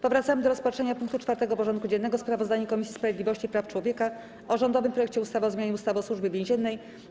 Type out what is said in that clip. Powracamy do rozpatrzenia punktu 4. porządku dziennego: Sprawozdanie Komisji Sprawiedliwości i Praw Człowieka o rządowym projekcie ustawy o zmianie ustawy o Służbie Więziennej.